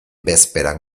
bezperan